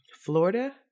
Florida